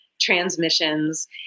transmissions